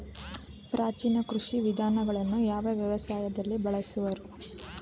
ಪ್ರಾಚೀನ ಕೃಷಿ ವಿಧಾನಗಳನ್ನು ಯಾವ ವ್ಯವಸಾಯದಲ್ಲಿ ಬಳಸುವರು?